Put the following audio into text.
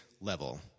level